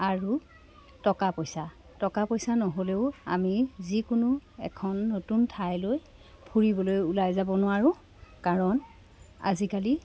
আৰু টকা পইচা টকা পইচা নহ'লেও আমি যিকোনো এখন নতুন ঠাইলৈ ফুৰিবলৈ ওলাই যাব নোৱাৰোঁ কাৰণ আজিকালি